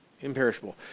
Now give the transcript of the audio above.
Imperishable